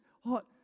hot